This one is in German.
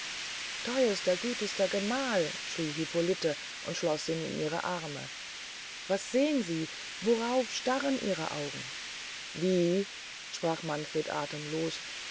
theurester gütigster gemahl schrie hippolite und schloß ihn in ihre arme was sehn sie worauf starren ihre augen wie sprach manfred athemlos